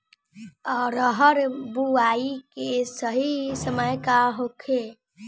अरहर बुआई के सही समय का होखे?